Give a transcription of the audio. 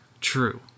true